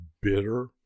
bitter